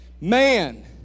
Man